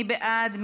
מי בעד?